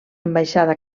ambaixada